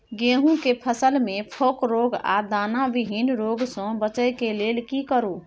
गेहूं के फसल मे फोक रोग आ दाना विहीन रोग सॅ बचबय लेल की करू?